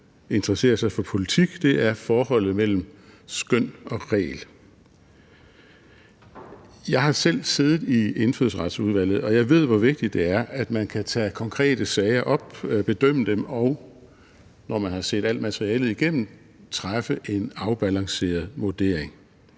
interesserer sig for politik, er forholdet mellem skøn og regel. Jeg har selv siddet i Indfødsretsudvalget, og jeg ved, hvor vigtigt det er, at man kan tage konkrete sager op og bedømme dem, og at man, når man har set alt materialet igennem, kan træffe en afbalanceret vurdering,